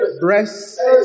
breasts